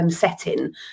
setting